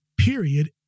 period